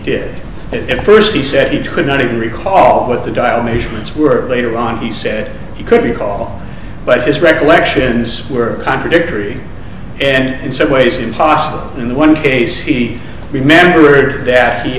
did it first he said it could not even recall what the dial measurements were later on he said he could recall but his recollections were contradictory and in some ways impossible in one case he remembered that he